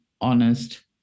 honest